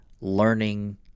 learning